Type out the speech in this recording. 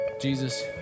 Jesus